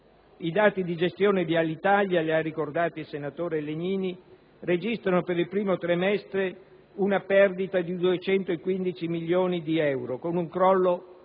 I dati di gestione di Alitalia, li ha ricordati il senatore Legnini, registrano per il primo trimestre una perdita di 215 milioni di euro, con un crollo dei